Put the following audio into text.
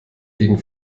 gegen